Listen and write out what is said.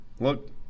look